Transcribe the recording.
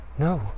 No